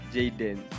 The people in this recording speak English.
Jaden